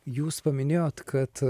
jūs paminėjot kad